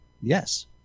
Yes